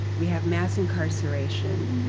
we have mass incarceration.